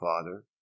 father